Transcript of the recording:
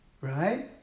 right